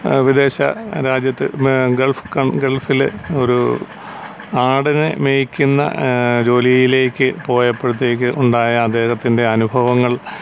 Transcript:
വിദേശ രാജ്യത്ത് ഗൾഫ് ഗൾഫിലെ ഒരു ഒരു ആടിനെ മേയ്ക്കുന്ന ജോലിയിലേക്ക് പോയപ്പോഴത്തേക്ക് ഉണ്ടായ അദ്ദേഹത്തിൻ്റെ അനുഭവങ്ങൾ